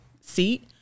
seat